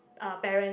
uh parent